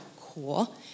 Cool